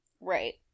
Right